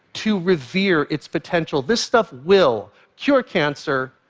to revere its potential. this stuff will cure cancer,